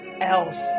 else